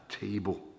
table